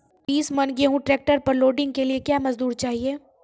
बीस मन गेहूँ ट्रैक्टर पर लोडिंग के लिए क्या मजदूर चाहिए?